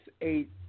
eight